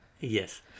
yes